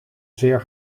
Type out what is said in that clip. zeer